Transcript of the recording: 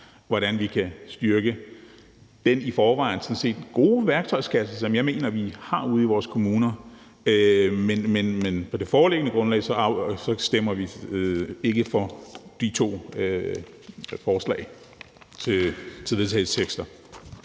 hvordan vi kan forbedre den i forvejen sådan set gode værktøjskasse, som jeg mener vi har ude i vores kommuner. På det foreliggende grundlag stemmer vi ikke for de to forslag til vedtagelse.